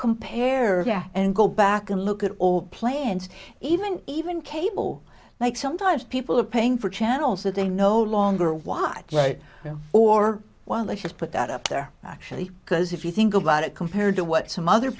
compare and go back and look at all plans even even cable like sometimes people are paying for channels that they no longer watch right now or while they should put that up there actually because if you think about it compared to what some other